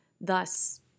thus